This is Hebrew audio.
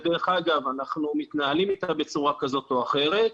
שדרך אגב אנחנו מתנהלים איתה בצורה כזאת או אחרת.